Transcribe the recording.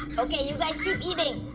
okay, you guys keep eating!